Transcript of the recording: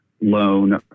loan